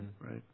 right